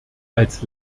als